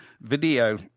video